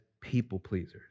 people-pleasers